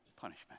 punishment